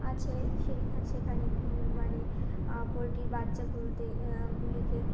আছে সেখানে সেখানে মানে পোলট্রির বাচ্চাগুলোতে গুলিকে